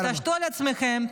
אז תתעשתו על עצמכם,